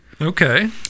Okay